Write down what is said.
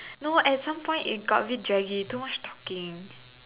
no at sometime it got a bit draggy too much talking